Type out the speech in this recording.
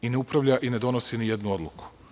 I ne upravlja i ne donosi ni jednu odluku.